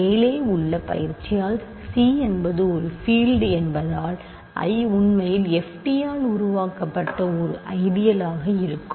மேலே உள்ள பயிற்சியால் C என்பது ஒரு பீல்டு என்பதால் I உண்மையில் ft ஆல் உருவாக்கப்பட்ட ஒரு ஐடியல் ஆக இருக்கும்